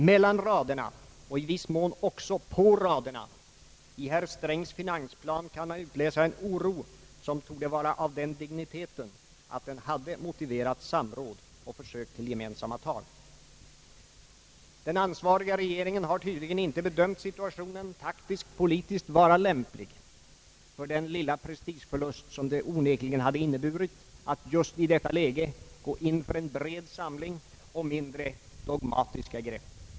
Mellan raderna och i viss mån också på raderna i herr Strängs finansplan kan man utläsa en oro som torde vara av den digniteten att den hade motiverat samråd och försök till gemensamma tag. Den ansvariga regeringen har tydligen inte bedömt situationen taktisktpolitiskt vara lämplig för den lilla prestigeförlust som det onekligen hade inneburit att just i detta läge gå in för en bred samling och mindre dogmatiska grepp.